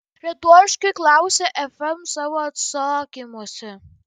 retoriškai klausia fm savo atsakymuose